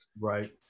Right